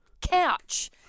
couch